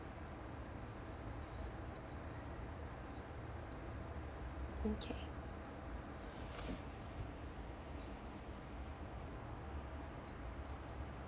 okay